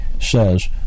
says